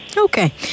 okay